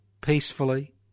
peacefully